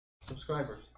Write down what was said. subscribers